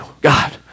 God